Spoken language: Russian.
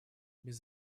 без